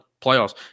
playoffs